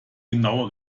genaue